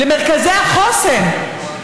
למרכזי החוסן,